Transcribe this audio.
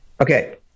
Okay